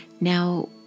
Now